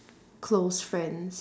close friends